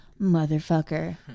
motherfucker